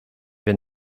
been